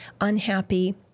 unhappy